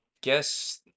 guess